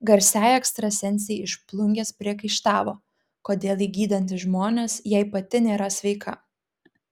garsiai ekstrasensei iš plungės priekaištavo kodėl ji gydanti žmonės jei pati nėra sveika